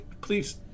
please